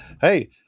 hey